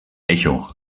echo